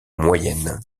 moyenne